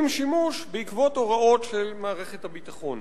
בשימוש בעקבות הוראות של מערכת הביטחון.